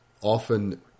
often